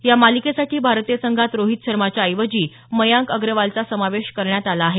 या मालिकेसाठी भारतीय संघात रोहित शर्माच्या ऐवजी मयांक अग्रवालचा समावेश करण्यात आला आहे